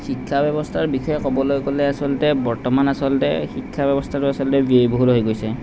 শিক্ষা ব্যৱস্থাৰ বিষয়ে ক'বলৈ গ'লে আচলতে বৰ্তমান আচলতে শিক্ষা ব্যৱস্থাটো আচলতে ব্যয়বহুল হৈ গৈছে